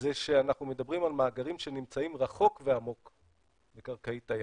זה שאנחנו מדברים על מאגרים שנמצאים רחוק ועמוק בקרקעית הים.